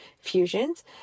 fusions